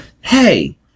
Hey